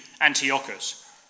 Antiochus